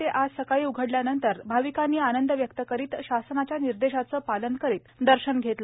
ते आज सकाळी उघडल्यानंतर भाविकांनी आनंद व्यक्त करीत शासनाच्या निर्देशाचं पालन करीत दर्शन घेतलं